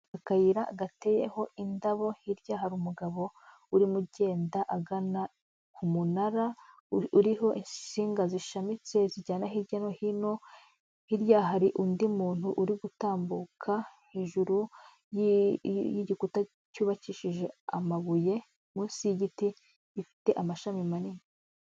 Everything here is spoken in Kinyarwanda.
Akayira gateyeho indabo hirya hari umugabo urimo ugenda agana ku munara uriho insinga zishamitse zijyana hirya no hino, hirya hari undi muntu uri gutambuka hejuru y'igikuta cyubakishije amabuye munsi y'igiti gifite amashami manini.